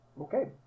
Okay